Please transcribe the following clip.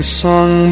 sung